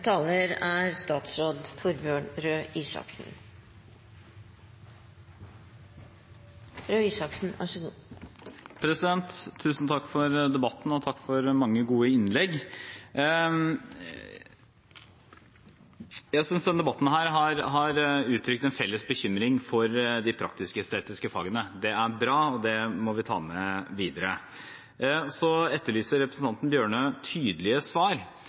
Tusen takk for debatten, og takk for mange gode innlegg. Jeg synes denne debatten har uttrykt en felles bekymring for de praktisk- estetiske fagene. Det er bra, og det må vi ta med videre. Så etterlyser representanten Tynning Bjørnø tydelige svar.